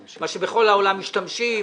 מה שבכל העולם משתמשים.